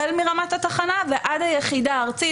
החל מרמת התחנה ועד היחידה הארצית